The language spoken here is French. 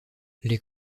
les